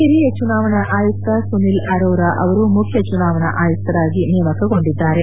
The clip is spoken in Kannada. ಹಿರಿಯ ಚುನಾವಣಾ ಆಯುಕ್ತ ಸುನಿಲ್ ಅರೋರಾ ಅವರು ಮುಖ್ಯ ಚುನಾವಣ ಆಯುಕ್ತರಾಗಿ ನೇಮಕಗೊಂಡಿದ್ದಾರೆ